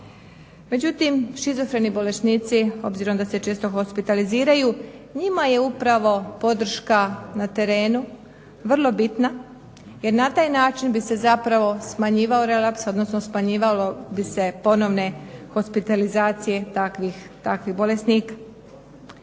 Međutim, šizofreni bolesnici obzirom da se često hospitaliziraju njima je upravo podrška na terenu vrlo bitna jer na taj način bi se zapravo smanjivao relaps odnosno smanjivalo bi se ponovne hospitalizacije takvih bolesnika.